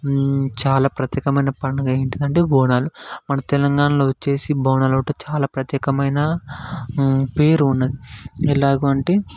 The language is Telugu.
చాలా ప్రత్యేకమైన పండుగ ఏంటిది అంటే బోనాలు మన తెలంగాణలో వచ్చేసి బోనాలు అంటే చాలా ప్రత్యేకమైన పేరు ఉన్నది ఎలాగ అంటే